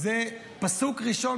זה הפסוק הראשון,